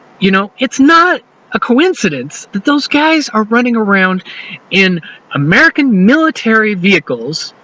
you know it's not a coincidence that those guys are running around in american military vehicles,